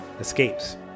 escapes